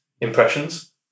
impressions